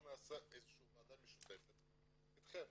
נעשה ועדה משותפת איתכם,